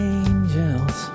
angels